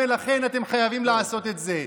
ולכן אתם חייבים לעשות את זה,